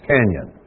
Canyon